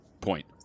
point